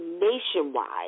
nationwide